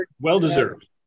well-deserved